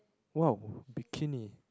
!wow! bikini